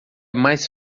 mais